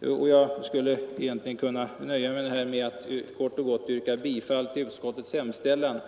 Egentligen skulle jag kunna nöja mig med att här kort och gott yrka bifall till utskottets hemställan.